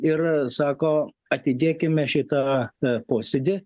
ir sako atidėkime šitą a posėdį